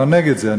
אני לא נגד זה,